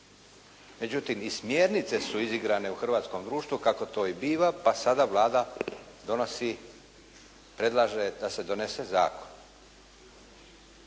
Međutim i smjernice su izigrane u hrvatskom društvu kako to i biva pa sada Vlada donosi, predlaže da se donese zakon